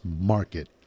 market